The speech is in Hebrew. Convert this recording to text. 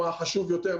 מה חשוב יותר,